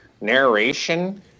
narration